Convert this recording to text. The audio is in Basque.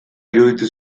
iruditu